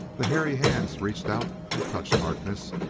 the hairy hands reached out and touched harkness.